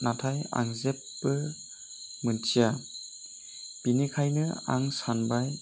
नाथाय आं जेबो मिन्थिया बेनिखायनो आं सानबाय